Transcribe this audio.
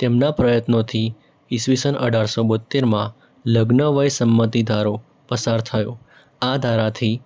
તેમના પ્રયત્નોથી ઈસવીસન અઢારસો બોત્તેરમાં લગ્નવય સંમતી ધારો પસાર કરાયો આ ધારાથી